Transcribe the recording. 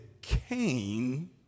Cain